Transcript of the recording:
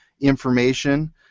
information